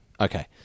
Okay